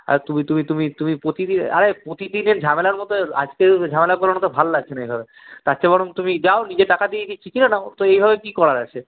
আর তুমি তুমি তুমি তুমি প্রতিদিন আরে প্রতিদিনের ঝামেলার মতো আজকেও ঝামেলা করো না তো ভাল লাগছে না এভাবে তার চেয়ে বরং তুমি যাও নিজে টাকা দিয়ে দিচ্ছি কিনে নাও তো এইভাবে কি করার আছে